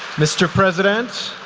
mr. president,